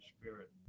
spirit